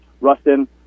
Rustin